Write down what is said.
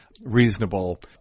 reasonable